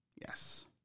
Yes